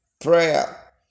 Prayer